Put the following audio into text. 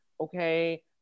okay